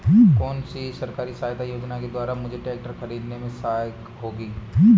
कौनसी सरकारी सहायता योजना के द्वारा मुझे ट्रैक्टर खरीदने में सहायक होगी?